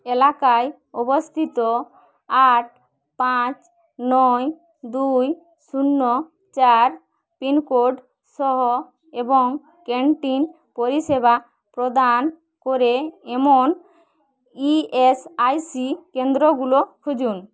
এলাকায় অবস্থিত আট পাঁচ নয় দুই শুন্য চার পিনকোড সহ এবং ক্যান্টিন পরিষেবা প্রদান করে এমন ইএসআইসি কেন্দ্রগুলো খুঁজুন